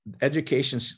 education